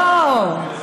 לא,